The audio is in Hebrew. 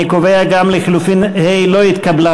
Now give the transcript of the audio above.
אני קובע שגם לחלופין (ה) לא התקבלה.